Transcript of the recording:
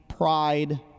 Pride